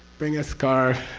bring a scarf,